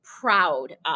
proud